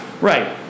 Right